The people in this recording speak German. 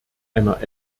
einer